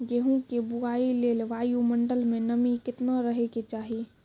गेहूँ के बुआई लेल वायु मंडल मे नमी केतना रहे के चाहि?